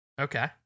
Okay